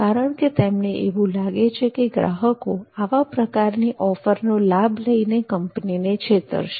કારણ કે તેમને એવું લાગે છે કે ગ્રાહકો આવા પ્રકારની ઓફરનો લાભ લઈને કંપનીને છેતરશે